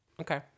okay